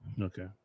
Okay